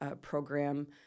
program